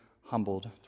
humbled